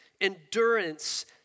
endurance